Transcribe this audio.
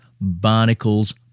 barnacle's